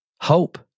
hope